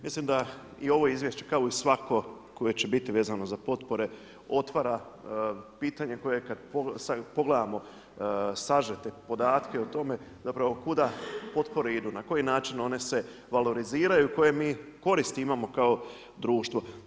Mislim da i ovo izvješće kao i svako koje će biti vezano za potpore otvara pitanje koje kada pogledamo sažete podatke o tome zapravo kuda potpore idu, na koji način one se valoriziraju i koje mi koristi imamo kao društvo.